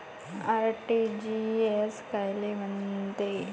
RTGS कायले म्हनते?